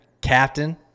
captain